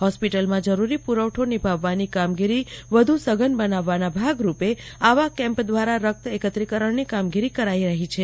હોસ્પિટલમાં જરૂરી પુરવઠો નિભાવવાની કામગીરી વ્ધુસઘન બનાવવાના ભાગ રૂપે આવા કેમ્પ દ્વારા રક્ત એકત્રિકરણની મ્કામગીરી કરાઈ રહી છે